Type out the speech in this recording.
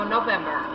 November